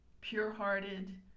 pure-hearted